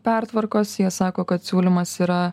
pertvarkos jie sako kad siūlymas yra